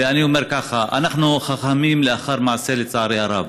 ואני אומר ככה: אנחנו חכמים לאחר מעשה, לצערי הרב.